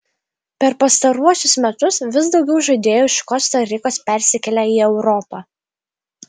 per pastaruosius metus vis daugiau žaidėjų iš kosta rikos persikelia į europą